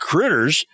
Critters